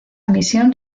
misión